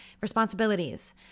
responsibilities